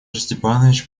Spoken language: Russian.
степанович